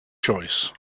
choice